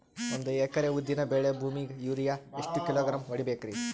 ಒಂದ್ ಎಕರಿ ಉದ್ದಿನ ಬೇಳಿ ಭೂಮಿಗ ಯೋರಿಯ ಎಷ್ಟ ಕಿಲೋಗ್ರಾಂ ಹೊಡೀಬೇಕ್ರಿ?